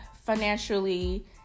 financially